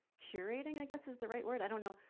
curating, i guess is the right word. i don't know.